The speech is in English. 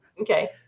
Okay